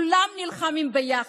כולם נלחמים ביחד.